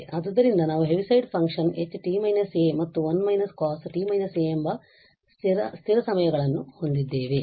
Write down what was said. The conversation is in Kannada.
ಆದ್ದರಿಂದ ನಾವು Heaviside function H t − a ಮತ್ತು 1 − cost − aಎಂಬ ಸ್ಥಿರ ಸಮಯಗಳನ್ನು ಹೊಂದಿದ್ದೇವೆ